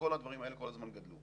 כל הדברים האלה כל הזמן גדלו.